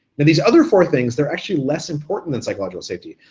then these other four things, they're actually less important than psychological safety,